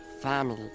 family